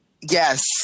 yes